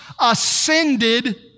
ascended